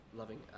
loving